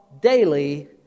daily